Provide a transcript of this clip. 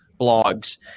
blogs